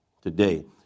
today